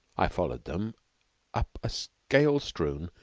i followed them up a scale-strewn,